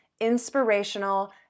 inspirational